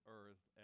earth